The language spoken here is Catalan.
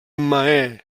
mahé